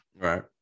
right